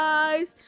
eyes